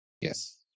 Yes